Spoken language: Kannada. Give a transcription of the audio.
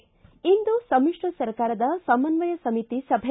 ಿ ಇಂದು ಸಮಿಶ್ರ ಸರ್ಕಾರದ ಸಮನ್ವಯ ಸಮಿತಿ ಸಭೆ